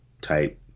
type